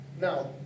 Now